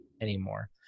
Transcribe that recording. anymore